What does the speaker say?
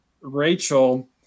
Rachel